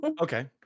Okay